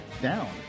down